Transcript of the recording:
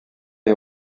est